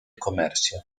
comercio